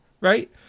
right